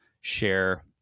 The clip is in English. share